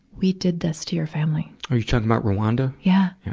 we did this to your family. are you talking about rwanda? yeah.